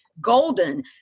golden